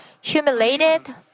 humiliated